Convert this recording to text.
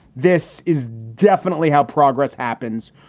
this is definitely how progress happens.